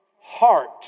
heart